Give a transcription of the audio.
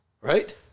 right